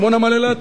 כמו נמל אילת,